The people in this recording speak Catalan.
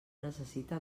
necessita